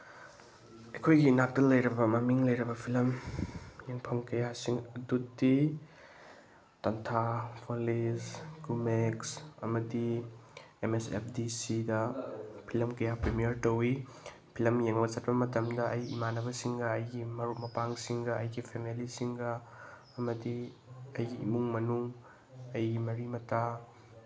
ꯑꯩꯈꯣꯏꯒꯤ ꯅꯥꯛꯇ ꯂꯩꯔꯕ ꯃꯃꯤꯡ ꯂꯩꯔꯕ ꯐꯤꯂꯝ ꯌꯦꯡꯐꯝ ꯀꯌꯥꯁꯤꯡ ꯑꯗꯨꯗꯤ ꯇꯟꯊꯥ ꯐꯣꯂꯤꯁ ꯀꯨꯃꯦꯛꯁ ꯑꯃꯗꯤ ꯑꯦꯝ ꯑꯦꯁ ꯑꯦꯞ ꯗꯤ ꯁꯤꯗ ꯐꯤꯂꯝ ꯀꯌꯥ ꯄ꯭ꯔꯤꯃꯤꯌꯔ ꯇꯧꯋꯤ ꯐꯤꯂꯝ ꯌꯦꯡꯕ ꯆꯠꯄ ꯃꯇꯝꯗ ꯏꯃꯥꯟꯅꯕꯁꯤꯡꯒ ꯑꯩꯒꯤ ꯃꯔꯨꯞ ꯃꯄꯥꯡꯁꯤꯡꯒ ꯑꯩꯒꯤ ꯐꯦꯃꯤꯂꯤꯁꯤꯡꯒ ꯑꯃꯗꯤ ꯑꯩꯒꯤ ꯏꯃꯨꯡ ꯃꯅꯨꯡ ꯑꯩꯒꯤ ꯃꯔꯤ ꯃꯇꯥ